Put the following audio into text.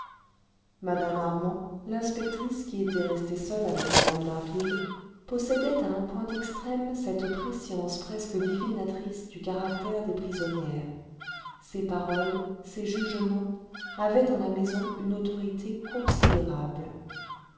mme armand l'inspectrice qui était restée seule avec mme d'harville possédait à un point extrême cette prescience presque divinatrice du caractère des prisonnières ses paroles ses jugements avaient dans la maison une autorité considérable